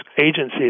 agencies